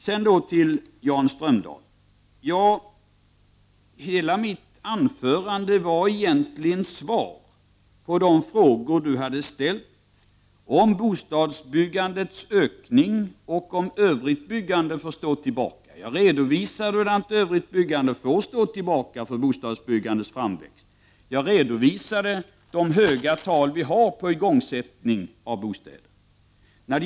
Sedan till Jan Strömdahl: Hela mitt anförande var egentligen svar på de frågor som Jan Strömdahl ställde om bostadsbyggandets ökning och om huruvida övrigt byggande därmed får stå tillbaka. Jag redovisade hur övrigt byggande får stå tillbaka för bostadsbyggandets framväxt. Jag redovisade de höga tal som vi har när det gäller igångsättningen av bostadsbyggande.